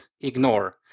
ignore